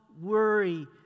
worry